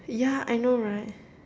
yeah I know right